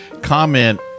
comment